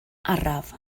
araf